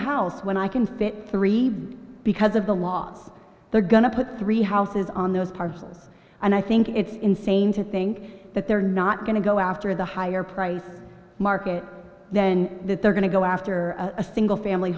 house when i can fit three because of the law they're going to put three houses on those parcels and i think it's insane to think that they're not going to go after the higher priced market then that they're going to go after a single family